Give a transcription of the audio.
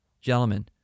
gentlemen